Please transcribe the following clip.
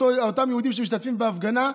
אם אותם יהודים שמשתתפים בהפגנה,